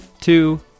two